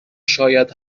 شاید